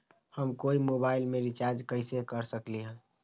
हम कोई मोबाईल में रिचार्ज कईसे कर सकली ह?